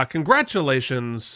Congratulations